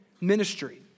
ministry